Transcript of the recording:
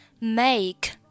make